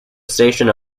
station